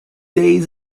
days